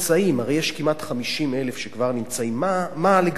הרי יש כמעט 50,000 שכבר נמצאים, מה לגביהם?